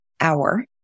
hour